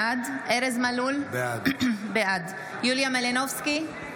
בעד ארז מלול, בעד יוליה מלינובסקי,